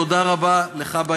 תודה רבה לך.